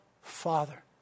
Father